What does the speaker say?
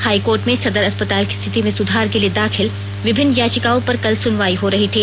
high court में सदर अस्पताल की स्थिति में सुधार के लिए दाखिल विभिन्न याचिकाओं पर कल सुनवाई हो रही थी